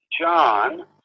John